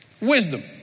Wisdom